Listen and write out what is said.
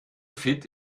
fit